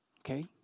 Okay